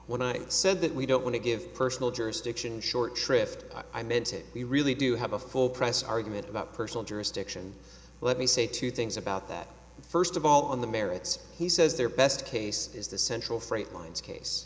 when i said that we don't want to give personal jurisdiction short shrift i meant it we really do have a full price argument about personal jurisdiction let me say two things about that first of all on the merits he says their best case is the central freight line's case